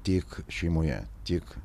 tik šeimoje tik